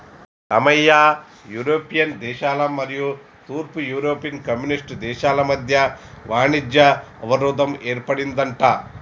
Ramayya European దేశాల మరియు తూర్పు యూరోపియన్ కమ్యూనిస్ట్ దేశాల మధ్య వాణిజ్య అవరోధం ఏర్పడిందంట